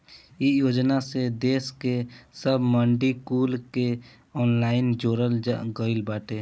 इ योजना से देस के सब मंडी कुल के ऑनलाइन जोड़ल गईल बाटे